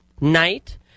night